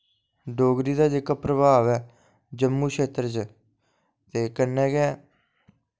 डोगरी दा जेह्का प्रभाव ऐ जम्मू शेत्तर च ते कन्नै गै